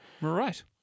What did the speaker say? Right